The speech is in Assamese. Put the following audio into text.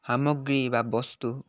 সামগ্ৰী বা বস্তু